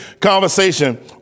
conversation